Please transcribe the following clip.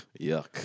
yuck